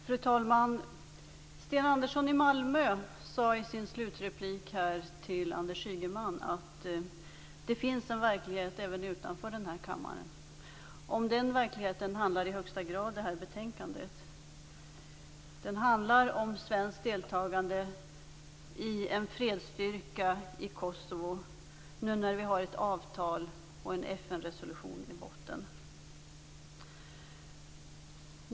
Fru talman! Sten Andersson i Malmö sade till Anders Ygeman att det finns en verklighet även utanför den här kammaren. Det här betänkandet handlar i högsta grad om den verkligheten. Det handlar om ett svenskt deltagande i en fredsstyrka i Kosovo nu när vi har ett avtal och en FN-resolution i botten.